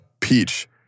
Peach